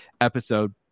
episode